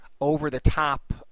over-the-top